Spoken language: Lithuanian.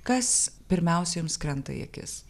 kas pirmiausia jums krenta į akis